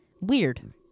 Weird